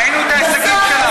ראינו את ההישגים שלך,